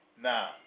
Now